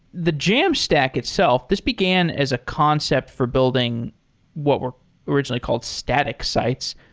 the jamstack itself, this began as a concept for building what were originally called static sites.